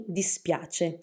dispiace